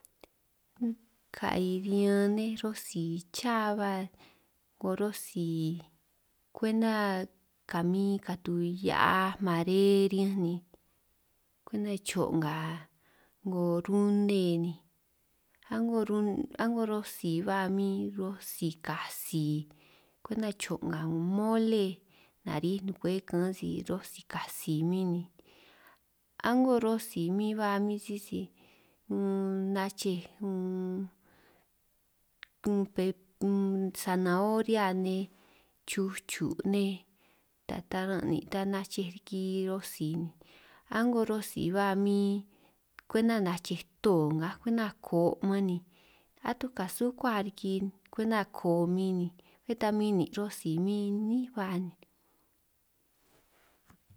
Ka'i riñan nej rosi chá ba 'ngo rosi kwenta kamin katu hia'aj mare riñanj ni kwenta cho' nga 'ngo rune ni, a'ngo ru' rosi ba min rosi katsi kwenta cho' nga 'ngo mole nariij nukwej kaan si rosi katsi min ni, a'ngo rosi mi ba min sisi unn nachej unn pep unn sanahoria nej chuchu' nej, ta taran' nin' ta nachej riki rosi a'ngo rosi ba min, kwenta nachej to ngaj kwenta ko' man ni atuj kasukua riki kwenta koo' min ni bé ta min nin' rosi min níin' ba.